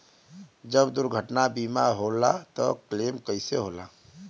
जब दुर्घटना बीमा होला त क्लेम कईसे होला?